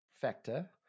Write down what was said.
factor